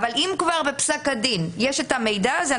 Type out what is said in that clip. אבל אם כבר בפסק הדין יש את המידע הזה,